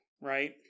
right